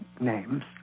names